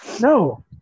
no